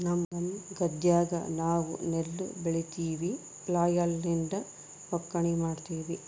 ನಮ್ಮ ಗದ್ದೆಗ ನಾವು ನೆಲ್ಲು ಬೆಳಿತಿವಿ, ಫ್ಲ್ಯಾಯ್ಲ್ ಲಿಂದ ಒಕ್ಕಣೆ ಮಾಡ್ತಿವಿ